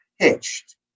pitched